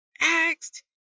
asked